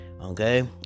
okay